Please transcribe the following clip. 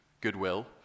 goodwill